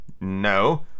no